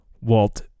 Walt